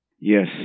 Yes